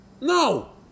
No